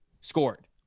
scored